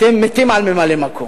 אתם מתים על ממלא-מקום,